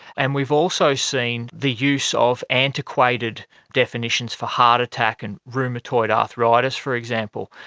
and we've also seen the use of antiquated definitions for heart attack and rheumatoid arthritis, for example.